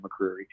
McCreary